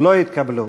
לא התקבלו.